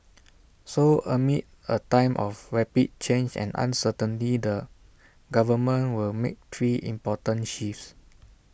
so amid A time of rapid change and uncertainty the government will make three important shifts